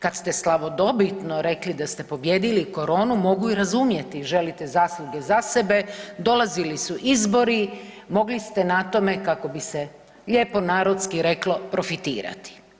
Kad ste slavodobitno rekli da ste pobijedili koronu mogu i razumjeti želite zasluge za sebe dolazili su izbori, mogli ste na tome kako bi se lijepo narodski reklo profitirati.